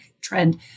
trend